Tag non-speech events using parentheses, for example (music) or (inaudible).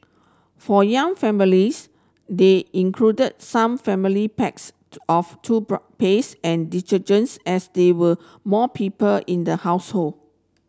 for young families they included some family packs to of (unintelligible) paste and detergent as there were more people in the household